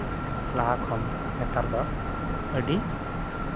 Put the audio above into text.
ᱞᱟᱦᱟ ᱠᱷᱚᱱ ᱱᱮᱛᱟᱨ ᱫᱚ ᱟᱹᱰᱤ